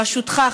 בראשותך,